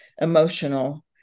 emotional